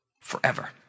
forever